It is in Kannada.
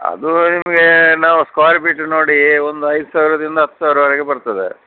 ಅದು ನಿಮಗೆ ನಾವು ಸ್ಕ್ವೆಯರ್ ಫಿಟ್ ನೋಡಿ ಒಂದು ಐದು ಸಾವಿರದಿಂದ ಹತ್ತು ಸಾವ್ರದವರೆಗೆ ಬರ್ತದೆ